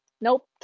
Nope